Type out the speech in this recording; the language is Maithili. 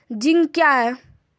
जिंक क्या हैं?